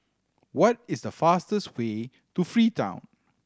what is the fastest way to Freetown